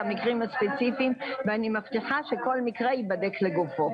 המקרים הספציפיים ואני מבטיחה שכל מקרה ייבדק לגופו.